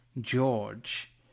George